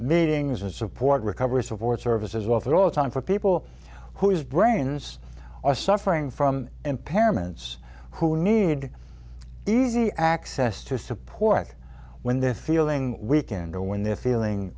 meetings in support recovery support services welfare all the time for people whose brains are suffering from impairments who need easy access to support when they're feeling weakened or when they're feeling